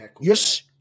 Yes